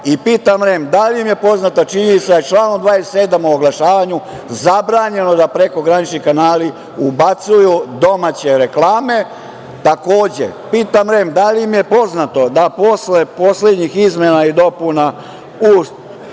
REM da li im je poznata činjenica da je članom 27. o oglašavanju zabranjeno da prekogranični kanali ubacuju domaće reklame? Takođe, pitam REM da li im je poznato da posle poslednjih izmena i dopuna